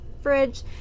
fridge